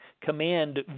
Command